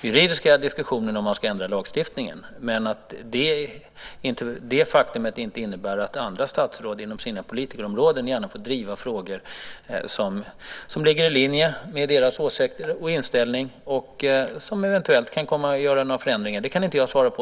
juridiska diskussionen om att ändra lagstiftningen. Men detta faktum innebär inte att inte andra statsråd inom sina politikområden gärna får driva frågor som ligger i linje med deras åsikter och inställning och som eventuellt kan komma att leda till förändringar. Det kan inte jag svara på.